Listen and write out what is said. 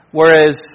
whereas